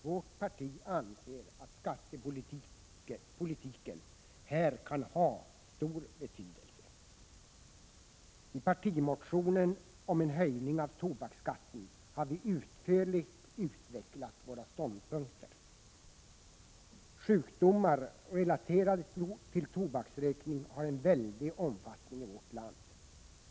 Vårt parti anser att skattepolitiken här kan ha stor betydelse. I partimotionen om en höjning av tobaksskatten har vi utförligt utvecklat våra ståndpunkter. Sjukdomar relaterade till tobaksrökning har en väldig omfattning i vårt land.